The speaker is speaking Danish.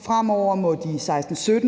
Fremover må de